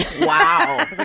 Wow